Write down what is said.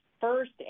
first